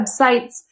websites